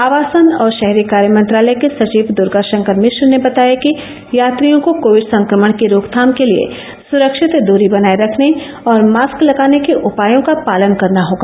आवासन और शहरी कार्य मंत्रालय के सचिव दुर्गा शंकर मिश्र ने बताया कि यात्रियों को कोविड संक्रमण की रोकथाम के लिये सुरक्षित दरी बनाए रखने और मास्क लगाने के उपायों का पालन करना होगा